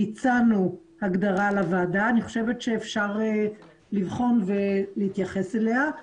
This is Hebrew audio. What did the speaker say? הצענו לוועדה הגדרה ואני חושבת שאפשר לבחון ולהתייחס אליה.